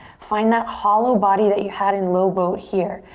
find that hollow body that you had in low boat here.